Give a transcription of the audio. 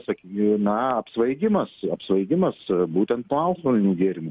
sakykime na apsvaigimas apsvaigimas būtent po alkoholinių gėrimų